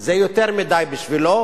זה יותר מדי בשבילו,